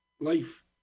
life